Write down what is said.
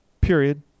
period